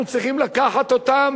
אנחנו צריכים לקחת אותם,